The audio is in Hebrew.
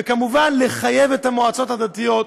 וכמובן לחייב את המועצות הדתיות,